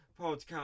podcast